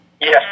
Yes